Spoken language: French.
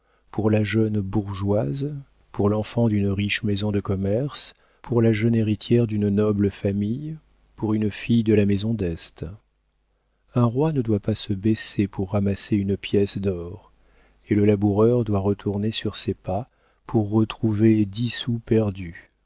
pour la jeune bourgeoise pour l'enfant d'une riche maison de commerce pour la jeune héritière d'une noble famille pour une fille de la maison d'este un roi ne doit pas se baisser pour ramasser une pièce d'or et le laboureur doit retourner sur ses pas pour retrouver dix sous perdus